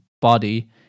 body